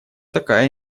такая